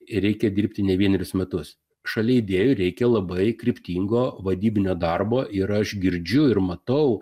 ir reikia dirbti ne vienerius metus šalia idėjų reikia labai kryptingo vadybinio darbo ir aš girdžiu ir matau